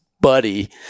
buddy